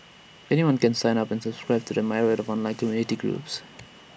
anyone can sign up and subscribe to the myriad of online community groups